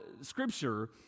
Scripture